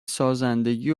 سازندگی